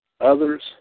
others